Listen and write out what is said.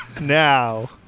Now